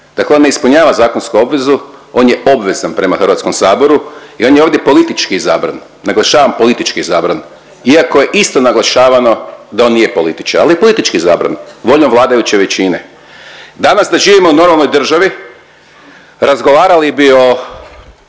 Dakle, on ne ispunjava zakonsku obvezu, on je obvezan prema Hrvatskom saboru i on je ovdje politički izabran, naglašavam politički izabran iako je isto naglašavano da nije politički, ali je politički izabran voljom vladajuće većine. Danas da živimo u normalnoj državi razgovarali bi o